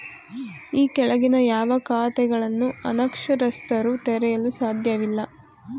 ಈ ಕೆಳಗಿನ ಯಾವ ಖಾತೆಗಳನ್ನು ಅನಕ್ಷರಸ್ಥರು ತೆರೆಯಲು ಸಾಧ್ಯವಿಲ್ಲ?